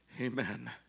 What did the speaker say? Amen